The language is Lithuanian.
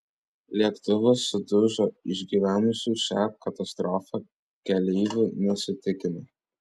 lėktuvas sudužo išgyvenusių šią katastrofą keleivių nesitikima